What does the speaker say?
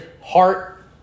heart